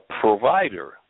provider